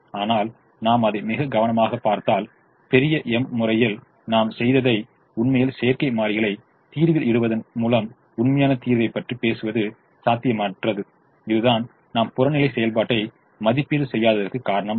ஆனால் நாம் அதை மிக கவனமாகப் பார்த்தால் பெரிய M முறையில் நாம் செய்ததை உண்மையில் செயற்கை மாறிகளை தீர்வில் இடுவதன் மூலம் உண்மையான தீர்வை பற்றி பேசுவது சாத்தியமற்றது இதுதான் நாம் புறநிலை செயல்பாட்டை மதிப்பீடு செய்யாததற்குக் காரணம் ஆகும்